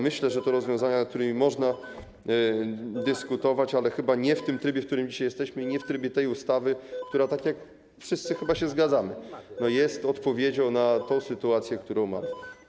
Myślę, że to rozwiązania, nad którymi można dyskutować, ale chyba nie w tym trybie, w którym dzisiaj jesteśmy, i nie w trybie tej ustawy, która jak wszyscy chyba się zgadzamy, jest odpowiedzią na sytuację, którą mamy.